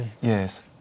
Yes